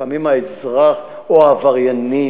לפעמים האזרח או העבריינים,